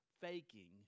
faking